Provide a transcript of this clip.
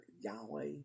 Yahweh